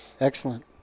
Excellent